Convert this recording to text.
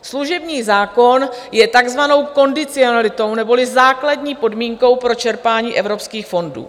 Služební zákon je takzvanou kondicionalitou neboli základní podmínkou pro čerpání evropských fondů.